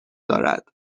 دارد